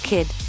Kid